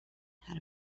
had